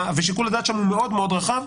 ושיקול הדעת שם הוא מאוד מאוד רחב,